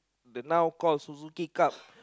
the now called Suzuki-Cup